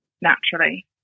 naturally